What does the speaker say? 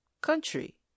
country